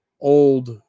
old